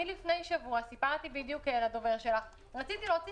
לפני שבוע סיפרתי לדובר שלך שרציתי להוציא